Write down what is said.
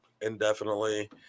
indefinitely